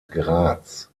graz